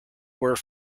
were